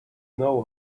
know